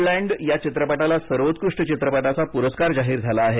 Nomadland या चित्रपटाला सर्वोत्कृष्ट चित्रपटाचा पुरस्कार जाहीर झाला आहे